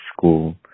school